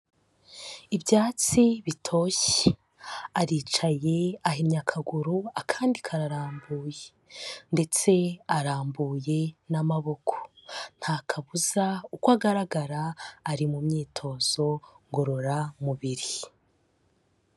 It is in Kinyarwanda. Ibyatsi bitoshye, aricaye ahinnye akaguru akandi karambuye ndetse arambuye n'amaboko, nta kabuza uko agaragara ari mu myitozo ngororamubiri.